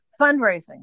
fundraising